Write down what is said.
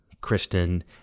Kristen